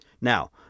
Now